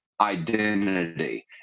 identity